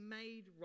made